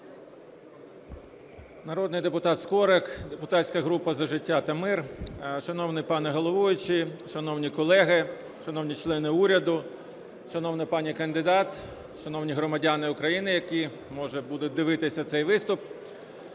Народний депутат Скорик, депутатська група "За життя та мир". Шановний пане головуючий, шановні колеги, шановні члени уряду, шановна пані кандидат, шановні громадяни України, які, може, будуть дивитися цей виступ.